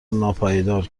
ناپایدار